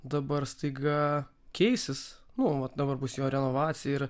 dabar staiga keisis nu vat dabar bus jo renovacija ir